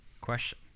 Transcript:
Question